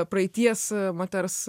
praeities moters